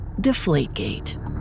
Deflategate